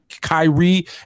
Kyrie